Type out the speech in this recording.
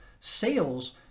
sales